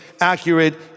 accurate